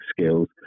skills